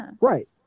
right